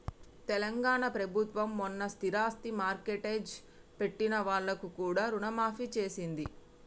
తెలంగాణ ప్రభుత్వం మొన్న స్థిరాస్తి మార్ట్గేజ్ పెట్టిన వాళ్లకు కూడా రుణమాఫీ చేసింది